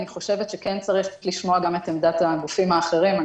אני חושבת שכן צריך לשמוע גם את עמדת הגופים האחרים.